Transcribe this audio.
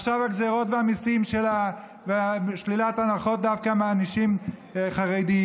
ועכשיו הגזרות והמיסים ושלילת ההנחות דווקא מאנשים חרדים.